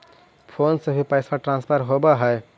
Phone से भी पैसा ट्रांसफर होवहै?